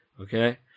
Okay